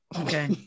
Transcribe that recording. Okay